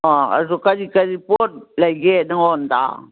ꯑꯥ ꯑꯗꯨ ꯀꯔꯤ ꯀꯔꯤ ꯄꯣꯠ ꯂꯩꯒꯦ ꯅꯪꯉꯣꯟꯗ